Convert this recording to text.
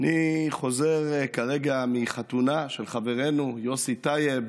אני חוזר כרגע מחתונה של חברנו יוסי טייב,